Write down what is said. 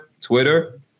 Twitter